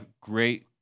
great